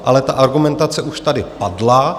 Ale ta argumentace už tady padla.